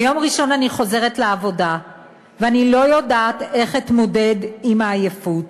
ביום ראשון אני חוזרת לעבודה ואני לא יודעת איך אתמודד עם העייפות.